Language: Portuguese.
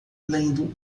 lendo